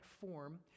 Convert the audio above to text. form